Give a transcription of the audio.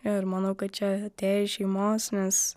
ir manau kad čia atėjo iš šeimos nes